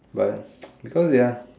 but because ya